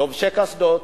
לובשי קסדות,